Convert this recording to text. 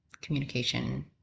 communication